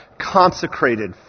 consecrated